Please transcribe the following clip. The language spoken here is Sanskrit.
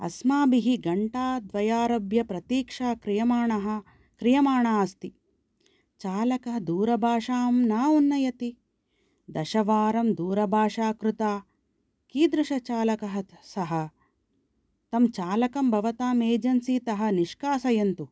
अस्माभिः घण्टाद्वयारभ्य प्रतीक्षा क्रियमाणः क्रियमाणा अस्ति चालकः दूरभाषां न उन्नयति दशवारं दूरभाषा कृता कीदृशचालकः सः तं चालकं भवताम् एजन्सि तः निश्कासयन्तु